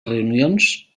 reunions